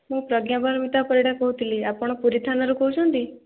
ମୁଁ ପ୍ରଜ୍ଞା ପରମିତା ପରିଡ଼ା କହୁଥିଲି ଆପଣ ପୁରୀ ଥାନାରୁ କହୁଛନ୍ତି